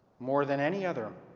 more than any other,